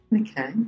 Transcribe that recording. okay